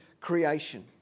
creation